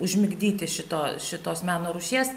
užmigdyti šito šitos meno rūšies